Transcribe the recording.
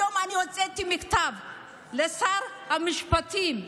היום אני הוצאתי מכתב לשר המשפטים,